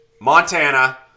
Montana